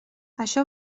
això